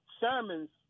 sermons